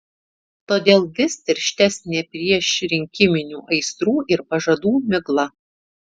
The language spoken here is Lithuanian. todėl vis tirštesnė priešrinkiminių aistrų ir pažadų migla